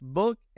book